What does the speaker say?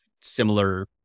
similar